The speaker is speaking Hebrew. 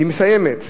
והיא מסיימת: